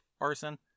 arson